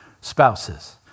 spouses